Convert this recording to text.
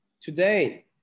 Today